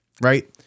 right